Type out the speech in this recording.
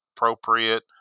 appropriate